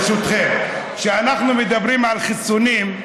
ברשותכם: כשאנחנו מדברים על החיסונים,